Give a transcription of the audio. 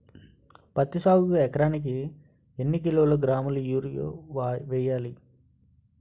పత్తి సాగుకు ఎకరానికి ఎన్నికిలోగ్రాములా యూరియా వెయ్యాలి?